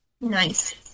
Nice